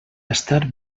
estar